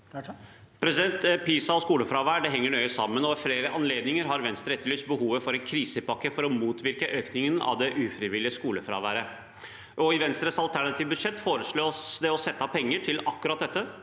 PISA-undersøkelsen og skolefravær henger nøye sammen, og ved flere anledninger har Venstre etterlyst behovet for en krisepakke for å motvirke økningen av det ufrivillige skolefraværet. I Venstres alternative budsjett foreslås det å sette av penger til akkurat dette.